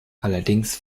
allerdings